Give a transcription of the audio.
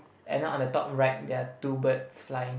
and then on the top right there are two birds flying